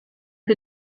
que